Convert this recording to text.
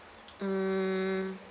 mm